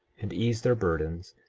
and eased their burdens,